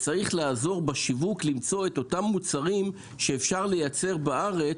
יש לעזור בשיווק למצוא את אותם מוצרים שאפשר לייצר בארץ,